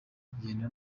kugenda